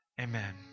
Amen